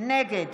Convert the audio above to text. נגד